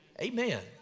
Amen